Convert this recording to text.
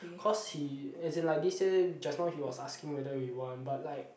cause he as in like this year just now he was asking whether we want but like